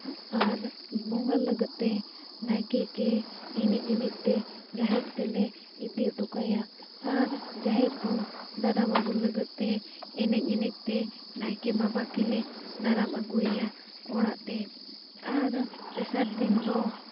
ᱟᱨ ᱵᱚᱸᱜᱟ ᱞᱟᱹᱜᱤᱫ ᱛᱮ ᱱᱟᱭᱠᱮ ᱜᱮ ᱮᱱᱮᱡ ᱮᱱᱮᱡᱛᱮ ᱡᱟᱦᱮᱨ ᱛᱮᱞᱮ ᱤᱫᱤ ᱦᱚᱴᱚ ᱠᱟᱭᱟ ᱟᱨ ᱡᱟᱦᱮᱨ ᱠᱷᱚᱱ ᱫᱟᱨᱟᱢ ᱟᱹᱜᱩ ᱞᱟᱹᱜᱤᱫᱛᱮ ᱮᱱᱮᱡ ᱮᱱᱮᱡ ᱛᱮ ᱱᱟᱭᱠᱮ ᱵᱟᱵᱟ ᱜᱮᱞᱮ ᱫᱟᱨᱟᱢ ᱟᱹᱜᱩᱭᱮᱭᱟ ᱚᱲᱟᱜ ᱛᱮ ᱟᱨ ᱛᱮᱥᱟᱨ ᱫᱤᱱ ᱫᱚ